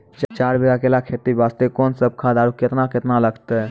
चार बीघा केला खेती वास्ते कोंन सब खाद आरु केतना केतना लगतै?